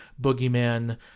Boogeyman